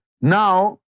Now